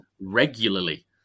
regularly